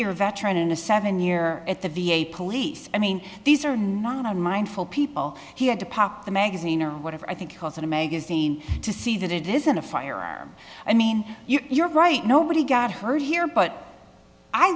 year veteran in a seven year at the v a police i mean these are not on mindful people he had to pop the magazine or whatever i think he was in a magazine to see that it isn't a firearm i mean you're right nobody got hurt here but i